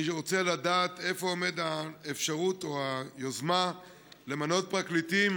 אני רוצה לדעת איפה עומדת האפשרות או היוזמה למנות פרקליטים